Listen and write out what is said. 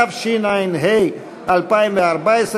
התשע"ה 2014,